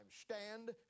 stand